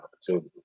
opportunity